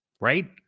right